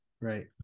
right